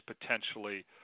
potentially